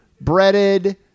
breaded